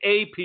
AP